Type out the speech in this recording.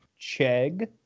Chegg